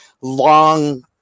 long